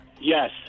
Yes